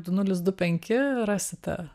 du nulis du penki rasite